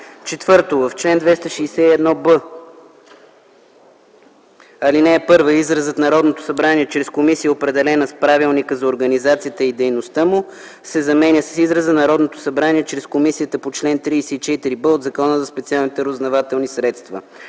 и на”. 4. В чл. 261б, ал.1 изразът “Народното събрание чрез комисия, определена с правилника за организацията и дейността му” се заменя с израза “Народното събрание чрез Комисията по чл.34б от Закона за специалните разузнавателни средства”.